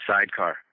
sidecar